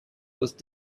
with